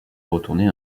retourner